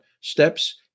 steps